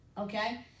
okay